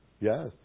Yes